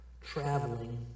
traveling